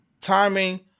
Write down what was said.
timing